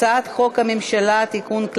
הצעת חוק הממשלה (תיקון,